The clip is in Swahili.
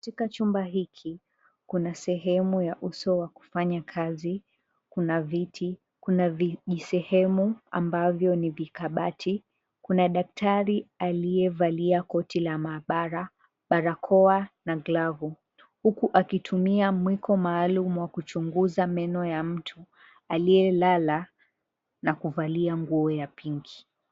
Katika chumba hiki kuna sehemu ya uso kufanya kazi. Kuna viti, kuna vijisehemu ambavyo ni vikabati. Kuna daktari aliyevalia koti la maabara, barakoa na glavu. Huku akitumia mwiko maalum wakuchunguza meno ya mtu aliyelala na kuvalia nguo ya pinki.